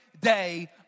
day